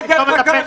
תסתום את הפה שלך.